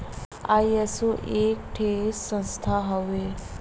ISO एक ठे संस्था हउवे